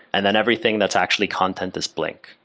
and then everything that's actually content is blink.